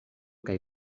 kaj